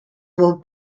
will